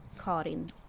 Karin